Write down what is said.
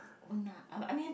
won't lah I I mean